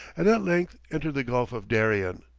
and at length entered the gulf of darien.